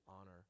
honor